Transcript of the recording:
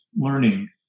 learning